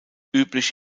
üblich